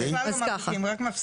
אנחנו בכלל לא מרוויחים, רק מפסידים.